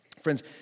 Friends